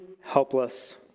helpless